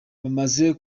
bamaze